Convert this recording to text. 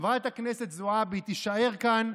חברת הכנסת זועבי תישאר כאן,